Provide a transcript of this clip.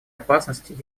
опасности